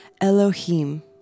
Elohim